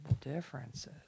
differences